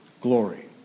glory